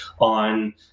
on